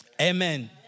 amen